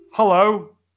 Hello